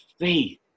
faith